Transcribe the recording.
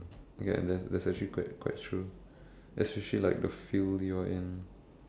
okay that that is actually quite quite true especially like the field you are in